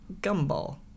gumball